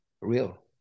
real